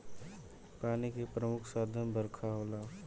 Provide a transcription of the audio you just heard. पानी के प्रमुख साधन बरखा होला